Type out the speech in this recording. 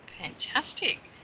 Fantastic